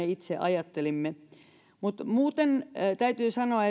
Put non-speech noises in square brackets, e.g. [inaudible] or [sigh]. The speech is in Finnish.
[unintelligible] itse ajattelimme muuten täytyy sanoa [unintelligible]